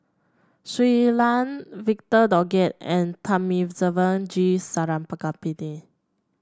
Shui Lan Victor Doggett and Thamizhavel G Sarangapani